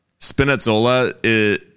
Spinazzola